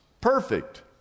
perfect